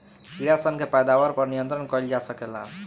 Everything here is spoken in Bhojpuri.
कीड़ा सन के पैदावार पर नियंत्रण कईल जा सकेला